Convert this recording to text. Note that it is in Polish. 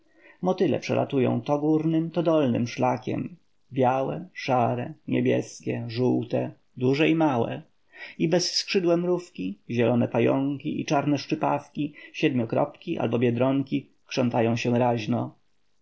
motyle przelatują to górnym to dolnym szlakiem białe szare niebieskie żółte duże i małe i bezskrzydle mrówki zielone pająki i czarne szczypawki siedmiokropki albo biedronki krzątają się raźno